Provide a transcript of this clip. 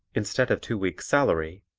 instead of two weeks' salary,